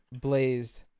blazed